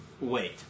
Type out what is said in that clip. Wait